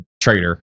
traitor